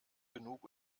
genug